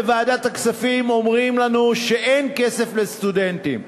בוועדת הכספים אומרים לנו שאין כסף לסטודנטים,